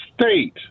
state